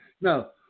No